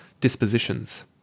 Dispositions